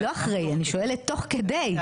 לא אחרי, אני שואלת תוך כדי, בדיוק.